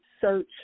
search